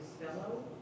fellow